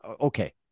okay